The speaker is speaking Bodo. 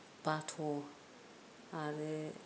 बाथ' आरो